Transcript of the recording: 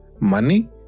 money